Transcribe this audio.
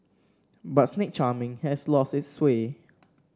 but snake charming has lost its sway